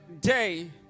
day